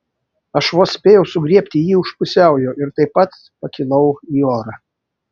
aš vos spėjau sugriebti jį už pusiaujo ir taip pat pakilau į orą